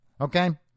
okay